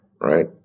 right